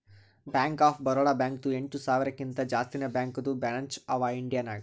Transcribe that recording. bank of Baroda ಬ್ಯಾಂಕ್ದು ಎಂಟ ಸಾವಿರಕಿಂತಾ ಜಾಸ್ತಿನೇ ಬ್ಯಾಂಕದು ಬ್ರ್ಯಾಂಚ್ ಅವಾ ಇಂಡಿಯಾ ನಾಗ್